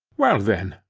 well then,